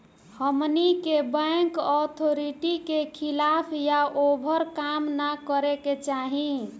हमनी के bank authority के खिलाफ या ओभर काम न करे के चाही